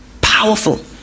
Powerful